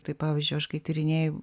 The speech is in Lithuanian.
tai pavyzdžiui aš kai tyrinėju